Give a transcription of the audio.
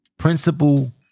Principle